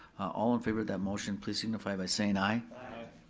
all in favor of that motion please signify by saying aye.